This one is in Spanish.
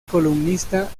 columnista